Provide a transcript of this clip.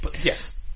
yes